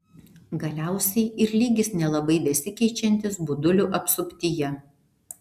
galiausiai ir lygis nelabai besikeičiantis budulių apsuptyje